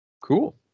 Cool